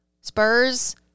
spurs